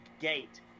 gate –